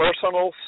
personal